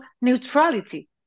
neutrality